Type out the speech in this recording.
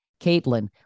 Caitlin